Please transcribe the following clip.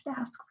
ask